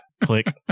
Click